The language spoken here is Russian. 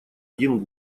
один